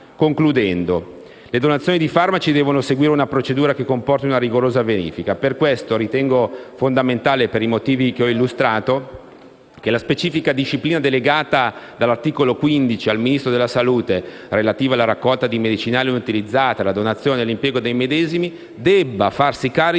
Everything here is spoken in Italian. Concludendo, le donazioni di farmaci devono seguire una procedura che comporti una rigorosa verifica. Per questo ritengo fondamentale, per i motivi che ho illustrato, che la specifica disciplina delegata dall'articolo 15 al Ministro della salute e relativa alla raccolta di medicinali inutilizzati, alla donazione e all'impiego dei medesimi, debba farsi carico